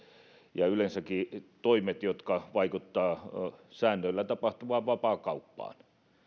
ja yleensäkin toimet jotka vaikuttavat säännöillä tapahtuvaan vapaakauppaan